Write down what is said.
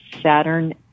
Saturn